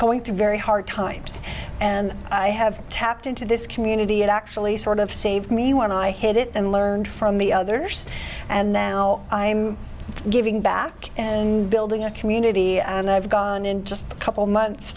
going through very hard times and i have tapped into this community and actually sort of saved me when i hit it and learned from the others and now i'm giving back and building a community and i've gone in just a couple months